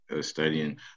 studying